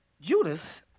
Judas